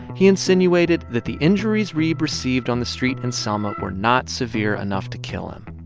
he insinuated that the injuries reeb received on the street in selma were not severe enough to kill him,